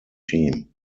team